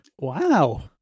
wow